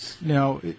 now